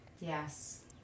Yes